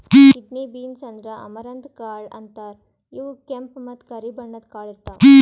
kidney beans ಅಂದ್ರ amaranth ಕಾಳ್ ಅಂತಾರ್ ಇವ್ ಕೆಂಪ್ ಮತ್ತ್ ಕರಿ ಬಣ್ಣದ್ ಕಾಳ್ ಇರ್ತವ್